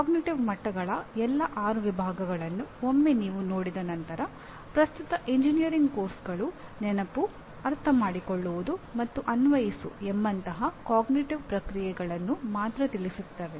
cognitive ಪ್ರಕ್ರಿಯೆಗಳನ್ನು ಮಾತ್ರ ತಿಳಿಸುತ್ತವೆ